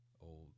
old